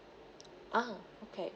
ah okay